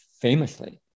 famously